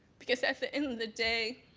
because at the end of the day,